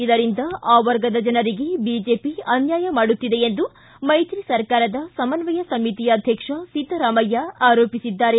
ಇದರಿಂದ ಆ ವರ್ಗದ ಜನರಿಗೆ ಬಿಜೆಪಿ ಅನ್ಯಾಯ ಮಾಡುತ್ತಿದೆ ಎಂದು ಮೈತ್ರಿ ಸರ್ಕಾರದ ಸಮನ್ವಯ ಸಮಿತಿ ಅಧ್ಯಕ್ಷ ಸಿದ್ದರಾಮಯ್ಯ ಆರೋಪಿಸಿದ್ದಾರೆ